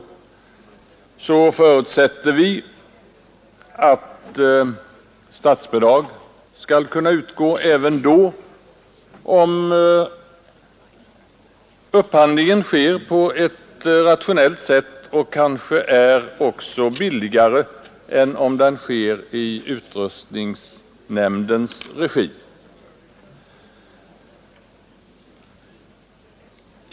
Detta gäller under förutsättning att upphandlingen sker på ett rationellt sätt och kanske också att den är billigare än om den skulle genomföras i utrustningsnämndens regi.